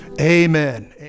amen